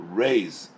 raise